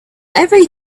every